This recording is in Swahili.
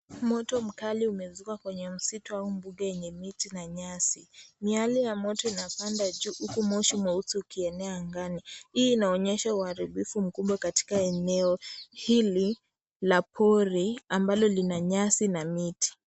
Moto mkali umezuka kwenye misitu au mbuge wenye miti na nyasi. Miale ya moto inapanda juu huku mashine mweusi ukienea angani. Hii inaonyesha uharibifu mkubwa katika eneo hili la pori ambalo lina nyasi na miti.